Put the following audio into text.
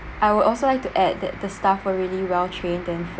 I would also like to add that the staff were really well trained and friend~